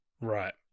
right